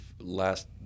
last